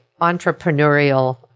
entrepreneurial